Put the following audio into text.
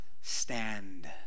stand